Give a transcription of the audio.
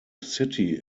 city